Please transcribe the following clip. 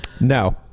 No